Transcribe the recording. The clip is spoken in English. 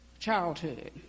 childhood